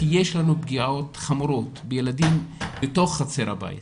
כי יש לנו פגיעות חמורות בילדים בחצר הבית.